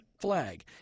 flag